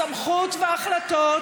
הסמכות וההחלטות,